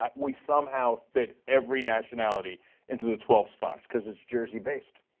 um we somehow fit every nationality into the twelve spots. because it is jersey base.